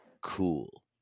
cool